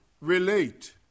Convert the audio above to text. relate